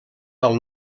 del